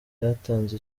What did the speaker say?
byatanze